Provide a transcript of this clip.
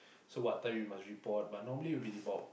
so what time we must report but normally it will be about